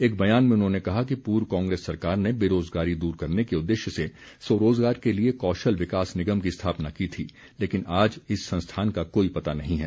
एक बयान में उन्होंने कहा कि पूर्व कांग्रेस सरकार ने बेरोज़गारी दूर करने के उददेश्य से स्वरोज़गार के लिए कौशल विकास निगम की स्थापना की थी लेकिन आज इस संस्थान का कोई पता नहीं है